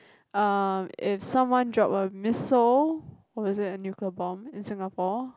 um if someone drop a missile what is it a nuclear bomb in Singapore